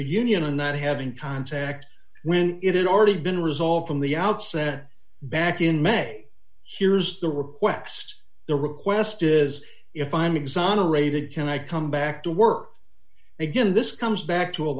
the union and not having contact when it had already been resolved from the outset back in may here's the request the request is if i'm exonerated can i come back to work again this comes back to a